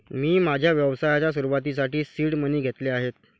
मी माझ्या व्यवसायाच्या सुरुवातीसाठी सीड मनी घेतले आहेत